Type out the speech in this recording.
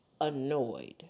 annoyed